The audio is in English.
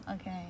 okay